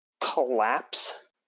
collapse